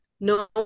No